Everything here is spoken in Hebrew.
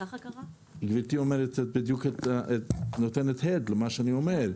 גברתי נותנת הד למה שאני אומר.